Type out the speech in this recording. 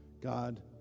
God